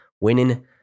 winning